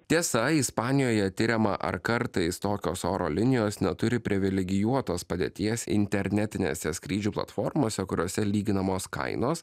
tiesa ispanijoje tiriama ar kartais tokios oro linijos neturi privilegijuotos padėties internetinėse skrydžių platformose kuriose lyginamos kainos